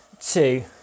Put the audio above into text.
two